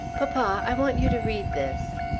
papa, i want you to read this.